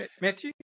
Matthew